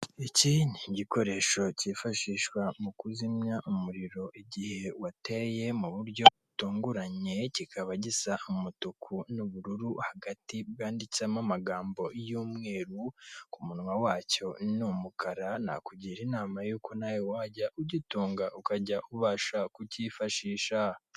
Iki ni gikoresho cyifashishwa mu kuzimya umuriro igihe wateye mu buryo butunguranye, kikaba gisa umutuku n'ubururu hagati bwanditsemo amagambo y'umweru, ku munwa wacyo ni umukara. Nakugira inama yuko nawe wajya ugitunga ukajya ubasha kucyifashisha.